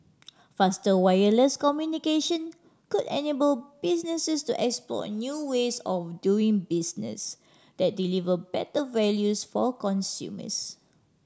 faster wireless communication could unable businesses to explore new ways of doing business that deliver better values for consumers